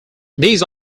these